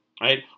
right